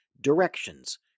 Directions